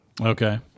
okay